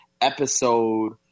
episode